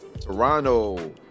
Toronto